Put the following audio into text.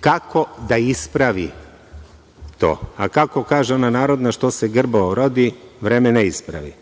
kako da ispravi to. A kako kaže ona narodna „što se grbavo rodi, vreme ne ispravi“